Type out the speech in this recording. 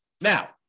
Now